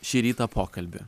šį rytą pokalbį